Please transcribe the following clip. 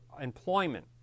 employment